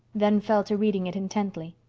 then fell to reading it intently.